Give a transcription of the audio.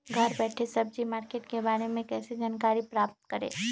घर बैठे सब्जी मार्केट के बारे में कैसे जानकारी प्राप्त करें?